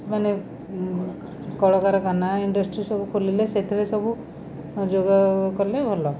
ସେମାନେ କଳକାରଖାନା ଇଣ୍ଡଷ୍ଟ୍ରି ସବୁ ଖୋଲିଲେ ସେଥିରେ ସବୁ ଯୋଗ କଲେ ଭଲ